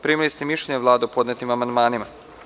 Primili ste mišljenje Vlade o podnetim amandmanima.